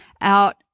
out